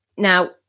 Now